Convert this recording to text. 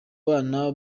bana